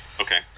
Okay